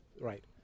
Right